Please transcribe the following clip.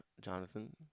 jonathan